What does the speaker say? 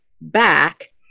back